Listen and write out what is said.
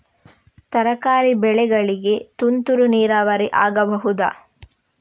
ತರಕಾರಿ ಬೆಳೆಗಳಿಗೆ ತುಂತುರು ನೀರಾವರಿ ಆಗಬಹುದಾ?